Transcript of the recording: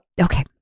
okay